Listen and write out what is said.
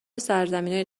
سرزمینای